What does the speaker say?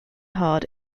hard